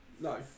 No